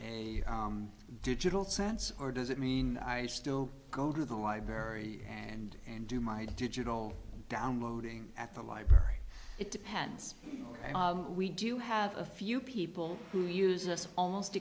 a digital sense or does it mean i still go to the library and do my digital downloading at the library it depends we do have a few people who uses almost